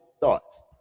thoughts